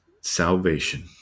salvation